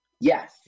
Yes